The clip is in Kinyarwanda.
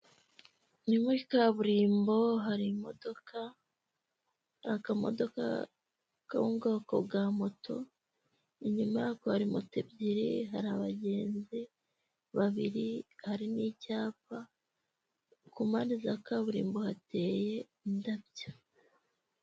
Ni muri kaburimbo, hari imodoka, akamodoka ko mu bwoko bwa moto, inyuma yako hari moto ebyiri, hari abagenzi babiri, hari n'icyapa, ku mpande za kaburimbo hateye indabyo.